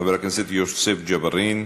חבר הכנסת יוסף ג'בארין?